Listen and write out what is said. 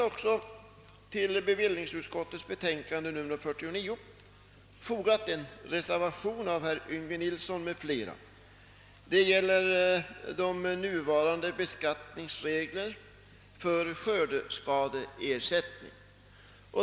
Vid bevillningsutskottets betänkande nr 49 finns fogad en reservation av herr Yngve Nilsson m.fl. Det gäller de nuvarande beskattningsreglerna för skördeskadeersättning.